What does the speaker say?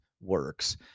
works